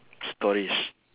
stories